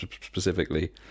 specifically